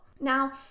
Now